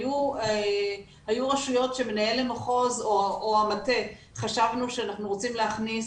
היו רשויות שמנהל המחוז או המטה חשבנו שאנחנו רוצים להכניס